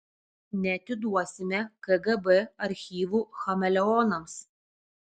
neatiduosime kgb archyvų chameleonams